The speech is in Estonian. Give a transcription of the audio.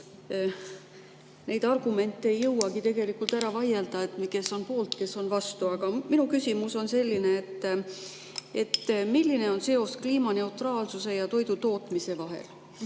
Neid argumente ei jõuagi läbi vaielda, et kes on poolt ja kes on vastu. Aga minu küsimus on selline: milline on seos kliimaneutraalsuse ja toidutootmise vahel?